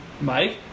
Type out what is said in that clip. Mike